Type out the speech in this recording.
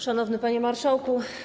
Szanowny Panie Marszałku!